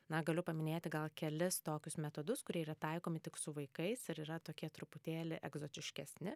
na galiu paminėti gal kelis tokius metodus kurie yra taikomi tik su vaikais ir yra tokie truputėlį egzotiškesni